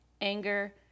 anger